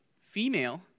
female